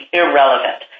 irrelevant